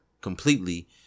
completely